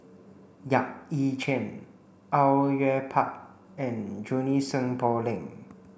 Yap Ee Chian Au Yue Pak and Junie Sng Poh Leng